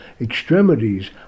extremities